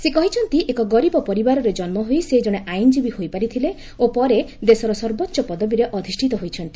ସେ କହିଛନ୍ତି ଏକ ଗରିବ ପରିବାରରେ ଜନ୍ମହୋଇ ସେ ଜଣେ ଆଇନଜୀବୀ ହୋଇପାରିଥିଲେ ଓ ପରେ ଦେଶର ସର୍ବୋଚ୍ଚ ପଦବୀରେ ଅଧିଷ୍ଠିତ ହୋଇଛନ୍ତି